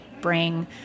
bring